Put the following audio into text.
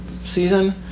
season